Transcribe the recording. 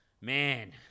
man